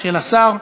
של השר.